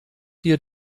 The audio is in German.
dir